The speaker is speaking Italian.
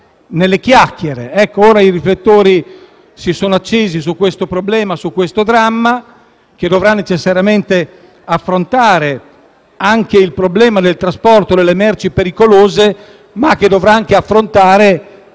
in chiacchiere. Ora i riflettori si sono accesi su questo problema e su questo dramma, che dovrà necessariamente affrontare anche il problema del trasporto delle merci pericolose, ma che dovrà affrontare